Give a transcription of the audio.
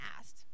asked